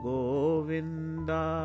Govinda